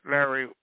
Larry